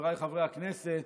חבריי חברי הכנסת,